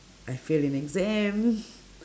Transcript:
I fail in exam